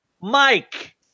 Mike